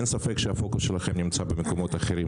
אין ספק שהפוקוס שלכם נמצא במקומות אחרים.